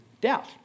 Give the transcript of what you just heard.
doubt